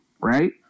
right